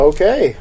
Okay